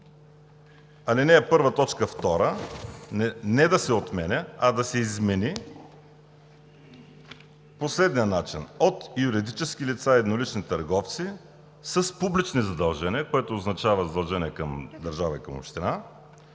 Алинея 1, точка 2 не да се отменя, а да се измени по следния начин: „от юридически лица и еднолични търговци с публични задължения,“, което означава задължения към държава и община,